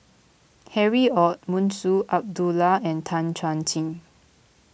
Harry Ord Munshi Abdullah and Tan Chuan Jin